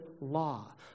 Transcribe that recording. law